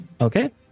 Okay